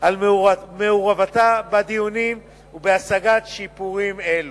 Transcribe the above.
על מעורבותה בדיונים ובהשגת שיפורים אלה.